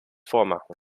vormachen